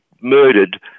murdered